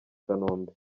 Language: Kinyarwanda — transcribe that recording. kanombe